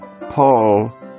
Paul